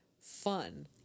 fun